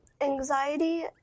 anxiety